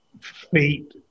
fate